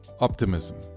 optimism